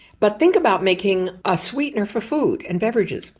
but think about making a sweetener for food and beverages.